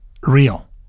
real